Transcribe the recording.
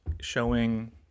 showing